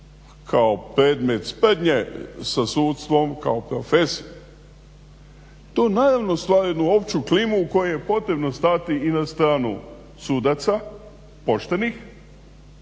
kao predmet sprdnje sa sudstvom, kao profes. To naravno stvara jednu opću klimu kojoj je potrebno stati i na stranu sudaca poštenih